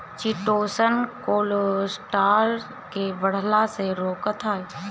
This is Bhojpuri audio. चिटोसन कोलेस्ट्राल के बढ़ला से रोकत हअ